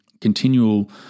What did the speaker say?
continual